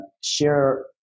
share